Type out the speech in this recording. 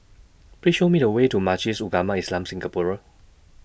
Please Show Me The Way to Majlis Ugama Islam Singapura